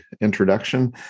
introduction